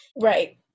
Right